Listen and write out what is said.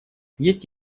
есть